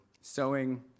sewing